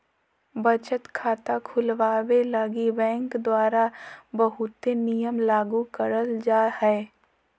बचत खाता खुलवावे लगी बैंक द्वारा बहुते नियम लागू करल जा हय